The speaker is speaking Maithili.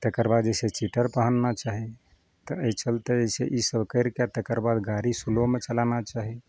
तकरबाद जे छै स्वेटर पहनना चाही तऽ अइ चलते जे छै इसब करिके तकरबाद गाड़ी स्लोमे चलाना चाही